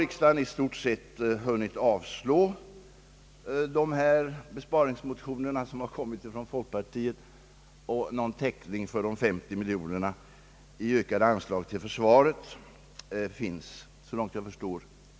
Riksdagen har, tror jag, avslagit dessa och andra besparingsmotioner, och därför finns det väl heller inte någon täckning för de 50 miljoner kronor i ökade anslag till försvaret som föreslås i mittenpartiernas reservationer.